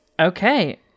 Okay